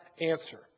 answer